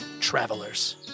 travelers